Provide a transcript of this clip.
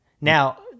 Now